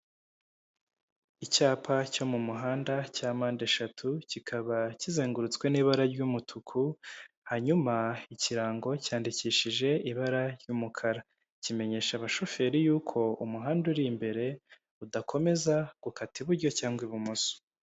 Icyapa cyo mu muhanda cya mpande eshatu kikaba kizengurutswe n'ibara ry'umutuku hanyuma ikirango cyandikishije ibara ry'umukara kimenyesha abashoferi yuko umuhanda uri imbere udakomeza gukata iburyo cyangwa ibumoso.